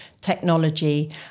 Technology